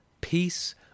peace